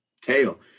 tail